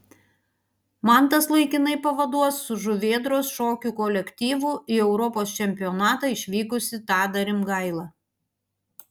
mantas laikinai pavaduos su žuvėdros šokių kolektyvu į europos čempionatą išvykusi tadą rimgailą